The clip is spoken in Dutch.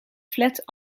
flat